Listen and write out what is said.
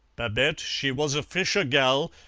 babette she was a fisher gal,